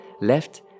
left